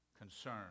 concern